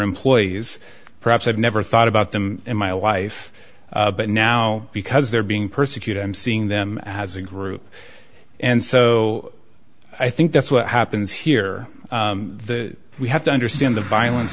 employees perhaps had never thought about them in my life but now because they're being persecuted i'm seeing them as a group and so i think that's what happens here we have to understand the violence